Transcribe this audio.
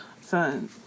Son